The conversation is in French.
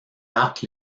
arcs